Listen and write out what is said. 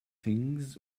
things